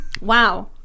Wow